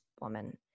woman